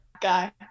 Guy